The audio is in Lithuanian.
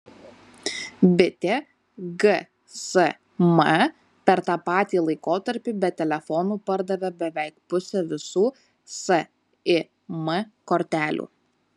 bitė gsm per tą patį laikotarpį be telefonų pardavė beveik pusę visų sim kortelių